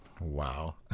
Wow